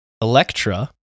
Electra